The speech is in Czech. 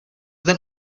ten